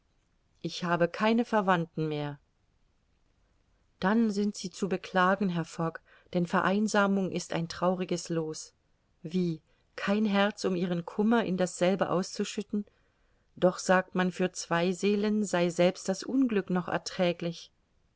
ich habe keine verwandten mehr dann sind sie zu beklagen herr fogg denn vereinsamung ist ein trauriges loos wie kein herz um ihren kummer in dasselbe auszuschütten doch sagt man für zwei seelen sei selbst das unglück noch erträglich